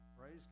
praise